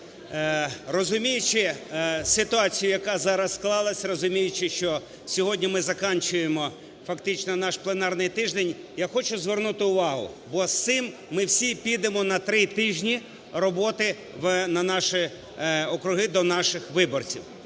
розуміючи ситуацію, яка зараз склалась, розуміючи, що сьогодні ми закінчуємо фактично наш пленарний тиждень, я хочу звернути увагу, бо з цим ми всі підемо на три тижні роботи на наші округи до наших виборців.